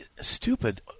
stupid